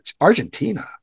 Argentina